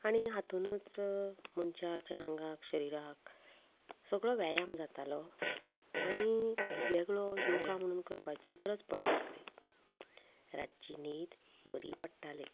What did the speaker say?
आनी हातुनूच मनशाच्या आगांक शरीराक सगळो व्यायाम जातालो आनी वेगळो योगा म्हणून करपाची गरज पडना आसली रातची न्हीद बरी पडटाली